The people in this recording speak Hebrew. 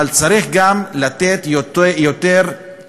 אבל צריך גם לתת יותר סמכויות,